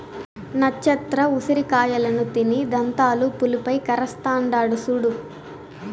నచ్చత్ర ఉసిరి కాయలను తిని దంతాలు పులుపై కరస్తాండాడు సూడు